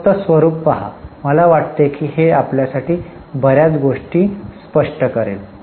फक्त स्वरूप पहा मला वाटते की हे आपल्यासाठी बर्याच गोष्टी स्पष्ट करेल